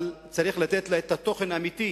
אבל צריך לתת לה את התוכן האמיתי